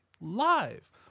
Live